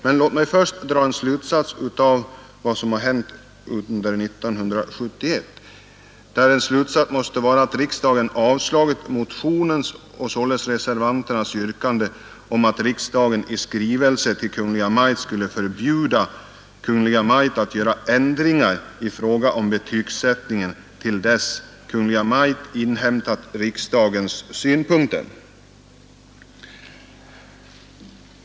Men låt mig först dra en slutsats av vad som har hänt under 1971, och den måste vara att riksdagen har avslagit motionens och således reservanternas yrkande om att riksdagen i skrivelse till Kungl. Maj:t skulle ”förbjuda” Kungl. Maj:t att göra ändringar i fråga om betygsättningen till dess Kungl. Maj:t inhämtat riksdagens synpunkter.